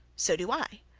so do i.